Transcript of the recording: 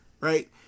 right